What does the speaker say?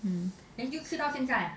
mm